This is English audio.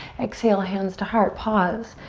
exhale, hands to heart. pause.